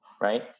right